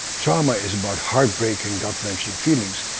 trauma is about heartbreaking, gut-wrenching feelings.